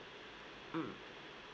mm